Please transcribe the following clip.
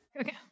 Okay